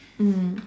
mm